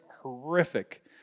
horrific